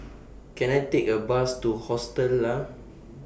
Can I Take A Bus to Hostel Lah